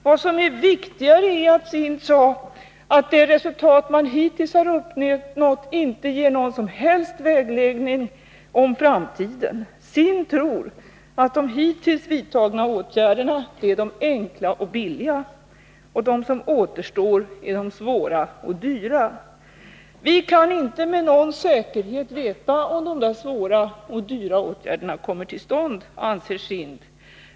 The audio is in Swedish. Vad som är viktigare är att SIND sade att det resultat som hittills har uppnåtts inte ger någon som helst vägledning för framtiden. SIND tror att de hittills vidtagna åtgärderna är de enkla och billiga och att de som återstår är de svåra och dyra. Vi kan inte med någon säkerhet veta om de svåra och dyra åtgärderna kommer till stånd, anser SIND.